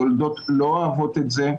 יולדות לא אוהבות את זה,